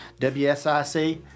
WSIC